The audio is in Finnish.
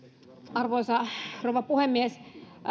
arvoisa rouva puhemies